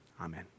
Amen